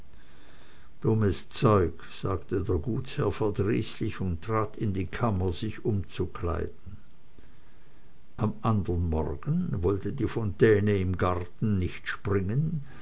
dummes zeug sagte der gutsherr verdrießlich und trat in die kammer sich umzukleiden am andern morgen wollte die fontäne im garten nicht springen